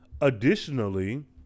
Additionally